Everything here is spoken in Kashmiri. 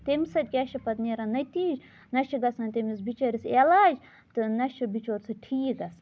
تمہِ سۭتۍ کیٛاہ چھِ پَتہٕ نیران نٔتیٖج نہَ چھِ گَژھان تٔمِس بِچٲرِس علاج تہٕ نہَ چھُ بِچور سُہ ٹھیٖک گَژھان